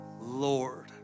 Lord